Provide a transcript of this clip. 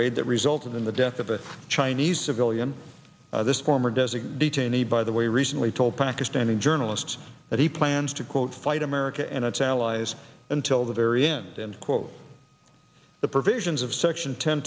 raid that resulted in the death of a chinese civilian this former designee detainee by the way recently told pakistani journalists that he plans to quote fight america and its allies until the very end end quote the provisions of section ten